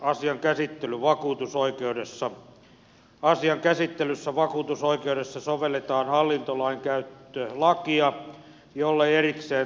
asian käsittely vakuutusoikeudessa asian käsittelyssä vakuutusoikeudessa sovelletaan hallintolainkäyttölakia jollei erikseen toisin säädetä